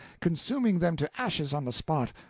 consuming them to ashes on the spot,